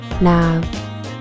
Now